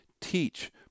Teach